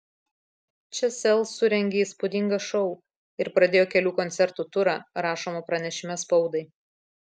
čia sel surengė įspūdingą šou ir pradėjo kelių koncertų turą rašoma pranešime spaudai